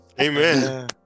Amen